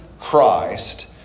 Christ